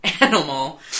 animal